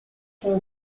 com